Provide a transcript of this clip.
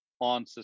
on